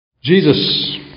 Jesus